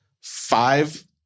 five